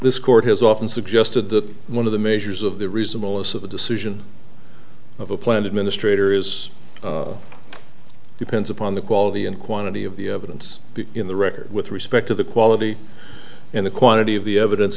court has often suggested that one of the measures of the reasonable us of a decision of a plan administrator is depends upon the quality and quantity of the evidence in the record with respect to the quality and the quantity of the evidence